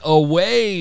away